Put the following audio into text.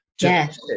Yes